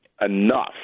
enough